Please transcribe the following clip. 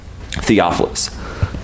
theophilus